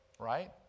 right